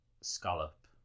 scallop